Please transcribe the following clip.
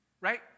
right